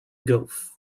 gulf